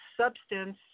substance